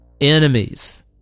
enemies